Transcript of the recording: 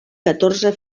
catorze